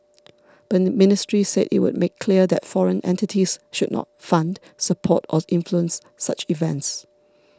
but the ministry said it would make clear that foreign entities should not fund support or influence such events